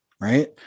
Right